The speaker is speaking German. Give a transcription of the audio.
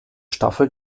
staffel